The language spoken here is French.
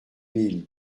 mille